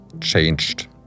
changed